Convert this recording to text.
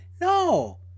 No